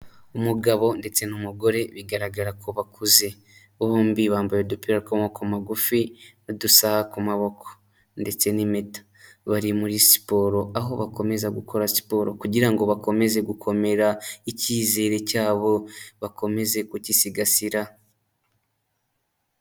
Umugabo ndetse n'umugore bigaragara ko bakuze, bombi bambaye udupira tw'amaboko magufi n'udusaha ku maboko ndetse n'impeta, bari muri siporo, aho bakomeza gukora siporo kugira ngo bakomeze gukomera, icyizere cyabo bakomeze kugisigasira.